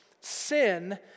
Sin